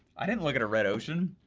i didn't look at a red ocean,